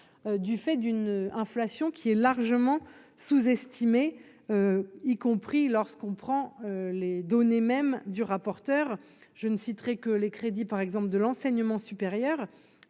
du fait d'une inflation qui est largement sous- estimé, y compris lorsqu'on prend les données même du rapporteur, je ne citerai que les crédits par exemple de l'enseignement supérieur